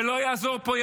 ולא יעזור פה,